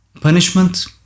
Punishment